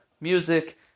Music